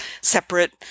separate